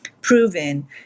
proven